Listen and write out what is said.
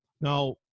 Now